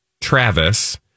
Travis